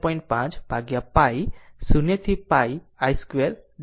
5 ભાગ્યા π 0 to π i2dθ છે